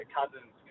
Cousins